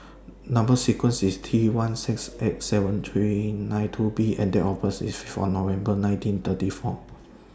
Number sequence IS T one six eight seven three nine two B and Date of birth IS five November nineteen thirty four